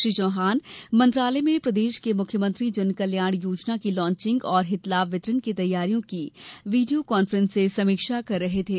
श्री चौहान मंत्रालय में प्रदेश में मुख्यमंत्री जन कल्याण योजना की लांचिंग और हित लाभ वितरण की तैयारियों की वीडियो कांफ्रेंस से समीक्षा कर रहे थे